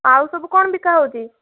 ଆଉ ସବୁ କ'ଣ ବିକା ହେଉଛି